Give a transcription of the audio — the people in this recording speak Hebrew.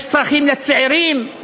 יש צרכים לצעירים,